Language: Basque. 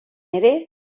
ere